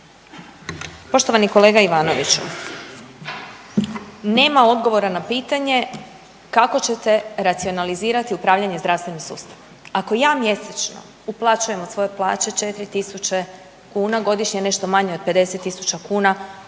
Poštovani kolega Ivanoviću. Nema odgovora na pitanje kako ćete racionalizirati upravljanje zdravstvenim sustavom. Ako ja mjesečno uplaćujem od svoje plaće 4 tisuće kuna, godišnje nešto manje od 50 tisuća kuna,